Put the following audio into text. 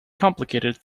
complicated